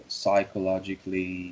psychologically